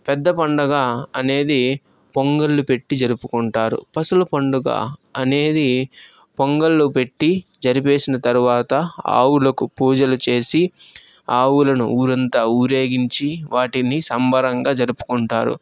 పెద్ద పండుగ అనేది పొంగళ్లు పెట్టి జరుపుకుంటారు పసల పండుగ అనేది పొంగళ్లు పెట్టి జరిపేసిన తర్వాత ఆవులకు పూజలు చేసి ఆవులను ఊరంతా ఊరేగించి వాటిని సంబరంగా జరుపుకుంటారు